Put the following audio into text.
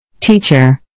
Teacher